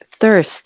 thirst